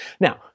Now